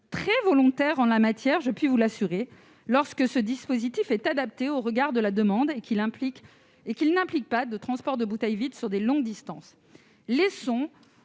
très volontaire en la matière- je puis vous l'assurer -, lorsque le dispositif est adapté au regard de la demande et n'implique pas de transport de bouteilles vides sur des longues distances. Laissons